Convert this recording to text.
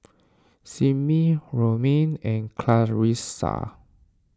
Simmie Romaine and Clarissa